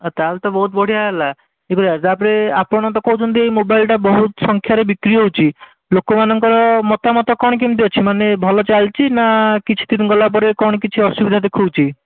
ଆଉ ତା'ହେଲେ ତ ବହୁତ ବଢ଼ିଆ ହେଲା ତା'ପରେ ଆପଣ ତ କହୁଛନ୍ତି ଏଇ ମୋବାଇଲ୍ଟା ବହୁତ ସଂଖ୍ୟାରେ ବିକ୍ରି ହେଉଛି ଲୋକମାନଙ୍କର ମତାମତ କ'ଣ କେମିତି ଅଛି ମାନେ ଭଲ ଚାଲିଛି ନା କିଛି ଦିନ ଗଲା ପରେ କ'ଣ କିଛି ଅସୁବିଧା ଦେଖାଉଛି